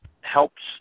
helps